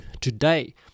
today